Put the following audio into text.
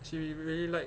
she re~ really like